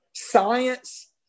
science